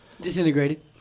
Disintegrated